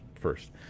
first